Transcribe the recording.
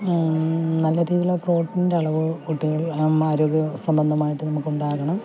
നല്ല രീതിയിൽ പ്രോട്ടീൻ്റെ അളവ് കുട്ടികളിൽ ആരോഗ്യസംബന്ധമായിട്ട് നമുക്കുണ്ടാകണം